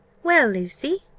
well, lucy,